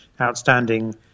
Outstanding